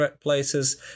places